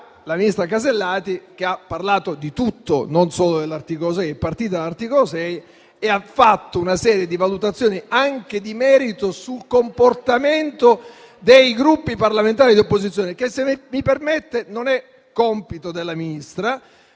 la ministra Casellati, che ha parlato di tutto, non solo dell'articolo 6, è partita da quello e ha fatto una serie di valutazioni anche di merito sul comportamento dei Gruppi parlamentari di opposizione che, se lei mi permette, non è compito della Ministra,